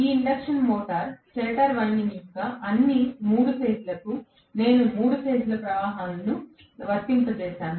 ఈ induction motor stator winding యొక్క అన్ని 3 ఫేజ్లకు నేను 3 ఫేజ్ల ప్రవాహాలను వర్తింపజేసాను